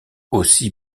aussi